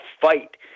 fight